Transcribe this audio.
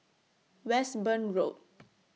Westbourne Road